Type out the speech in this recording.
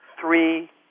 three